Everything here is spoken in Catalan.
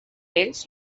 ells